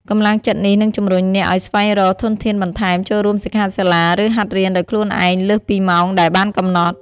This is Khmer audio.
កម្លាំងចិត្តនេះនឹងជំរុញអ្នកឱ្យស្វែងរកធនធានបន្ថែម ចូលរួមសិក្ខាសាលា ឬហាត់រៀនដោយខ្លួនឯងលើសពីម៉ោងដែលបានកំណត់។